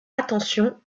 attention